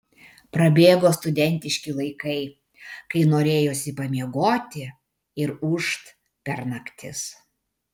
prabėgo studentiški laikai kai norėjosi pamiegoti ir ūžt per naktis